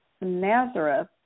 Nazareth